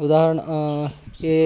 उदाहरणं ये